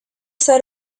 said